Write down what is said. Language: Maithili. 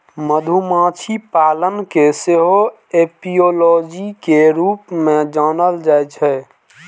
मधुमाछी पालन कें सेहो एपियोलॉजी के रूप मे जानल जाइ छै